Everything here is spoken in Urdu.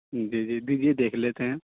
جی جی دیجیے دیکھ لیتے ہیں